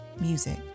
music